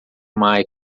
michael